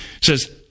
says